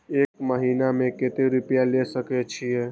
एक महीना में केते रूपया ले सके छिए?